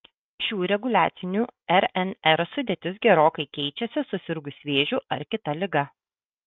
šių reguliacinių rnr sudėtis gerokai keičiasi susirgus vėžiu ar kita liga